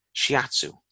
Shiatsu